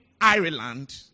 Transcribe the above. Ireland